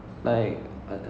oh I didn't see that